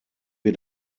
wir